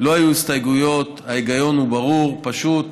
לא היו הסתייגויות, ההיגיון הוא ברור, פשוט.